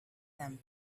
them